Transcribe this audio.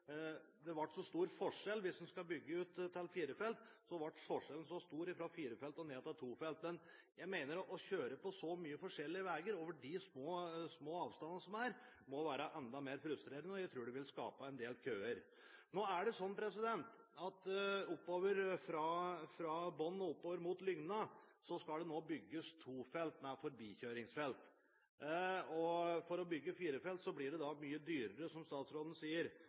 det var så stor forskjell. Hvis man skal bygge ut til fire felt, var forskjellen så stor fra fire felt og ned til to felt. Men jeg mener at det å kjøre på så mye forskjellige veier over de små avstandene som er, må være enda mer frustrerende. Og jeg tror det vil skape en del køer. Nå er det sånn at fra bånn og oppover mot Lygna skal det nå bygges to felt med forbikjøringsfelt. For å bygge fire felt blir det da mye dyrere, som statsråden sier.